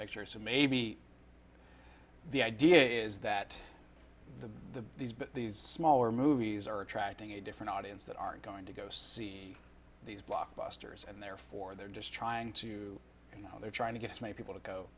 picture so maybe the idea is that the these but these smaller movies are attracting a different audience that aren't going to go see these blockbusters and therefore they're just trying to and they're trying to get as many people to go